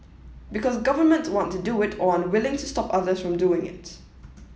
because government want to do it or are unwilling to stop other from doing it